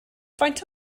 faint